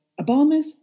Obamas